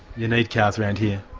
you need cars around here.